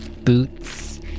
boots